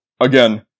again